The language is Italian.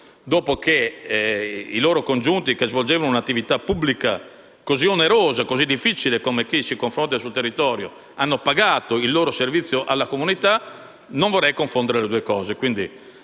dopo che i loro congiunti, che svolgevano un'attività pubblica così onerosa e difficile come quella di chi si confronta con il territorio, hanno pagato il loro servizio alla comunità. Non vorrei però confondere le due